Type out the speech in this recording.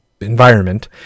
environment